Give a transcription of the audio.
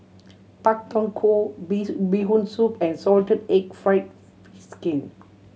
Pak Thong Ko bee Bee Hoon Soup and salted egg fried skin